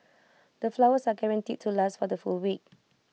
the flowers are guaranteed to last for the full week